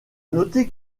noter